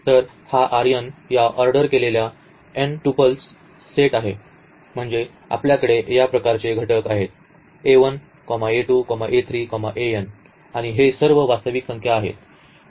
तर हा R n या ऑर्डर केलेल्या एन ट्यूपल्सचा सेट आहे म्हणजे आपल्याकडे या प्रकाराचे घटक आहेत a1 a2 a3 an आणि हे सर्व वास्तविक संख्या आहेत